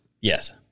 Yes